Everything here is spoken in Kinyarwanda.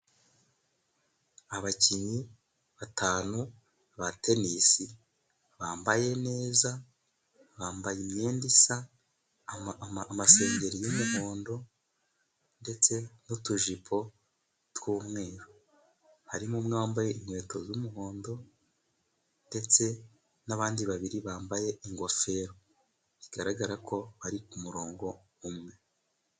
Abakinnyi batanu ba tennis bambaye neza, bambaye imyenda isa, amasengeri y'umuhondo ndetse n'utujipo tw'umweru. Harimo umwe wambaye inkweto z'umuhondo ndetse n'abandi babiri bambaye ingofero, bigaragara ko bari umurongo umwe.